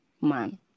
man